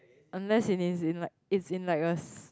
unless it is in like it's in like a